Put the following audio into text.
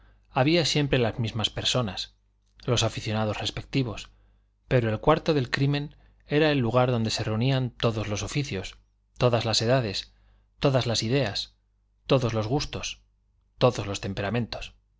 había siempre las mismas personas los aficionados respectivos pero el cuarto del crimen era el lugar donde se reunían todos los oficios todas las edades todas las ideas todos los gustos todos los temperamentos